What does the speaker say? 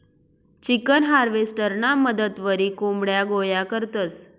chicken हार्वेस्टरना मदतवरी कोंबड्या गोया करतंस